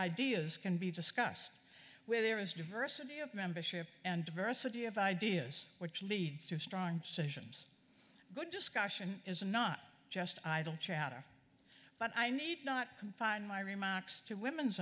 ideas can be discussed where there is diversity of membership and diversity of ideas which leads to strong citizens good discussion is not just idle chatter but i need not confine my remarks to women's